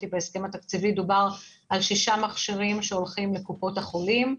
בהסכם התקציבי דובר על שישה מכשירים שהולכים לקופות החולים.